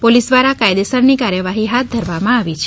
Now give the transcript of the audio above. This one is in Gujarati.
પોલિસ દ્વારા કાયદેસરની કાર્યવાહી હાથ ધરવામાં આવી છે